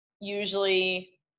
Usually